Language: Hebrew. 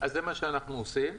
זה מה שאנחנו עושים.